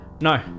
no